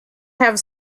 have